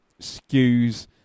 Skews